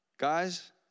Guys